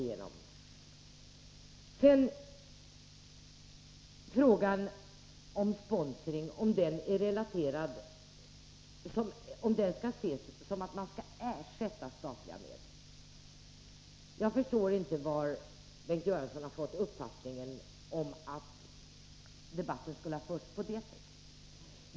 Sedan till frågan, om sponsring skall ses som en ersättning för statliga medel, Jag förstår inte varifrån Bengt Göransson fått uppfattningen att debatten skulle ha förts på det sättet.